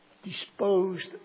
disposed